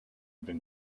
been